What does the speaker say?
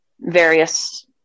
various